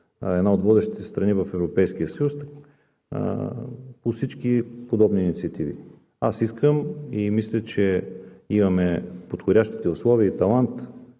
една от водещите страни в Европейския съюз по всички подобни инициативи. Искам и мисля, че имаме подходящите условия и талант